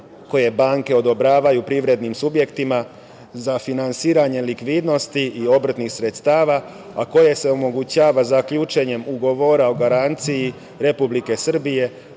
koje banke odobravaju privrednim subjektima za finansiranje likvidnosti i obrtnih sredstava, a kojim se omogućava zaključivanje ugovora o garanciji Republike Srbije